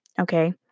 okay